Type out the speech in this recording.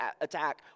attack